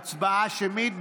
להצבעה שמית.